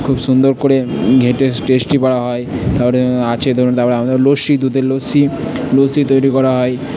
খুব সুন্দর করে ঘেঁটে টেস্টি করা হয় তারপরে আছে ধরুন তারপর আমাদের লস্যি দুধের লস্যি লস্যি তৈরি করা হয়